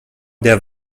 der